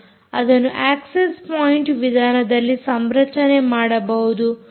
ಅದನ್ನು access point ವಿಧಾನದಲ್ಲಿ ಸಂರಚನೆ ಮಾಡಬಹುದು